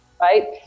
right